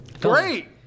great